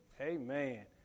Amen